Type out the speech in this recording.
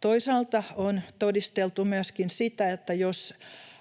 Toisaalta on todisteltu myöskin sitä, että jos